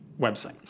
website